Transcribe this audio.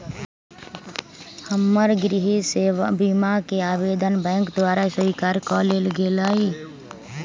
हमर गृह बीमा कें आवेदन बैंक द्वारा स्वीकार कऽ लेल गेलय